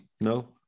No